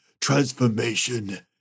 transformation